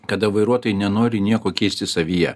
kada vairuotojai nenori nieko keisti savyje